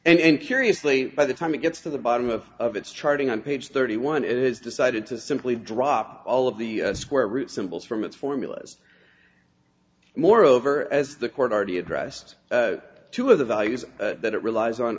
bowl and curiously by the time it gets to the bottom of of its charting on page thirty one it is decided to simply drop all of the square root symbols from its formulas moreover as the court already addressed two of the values that it relies on